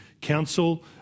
council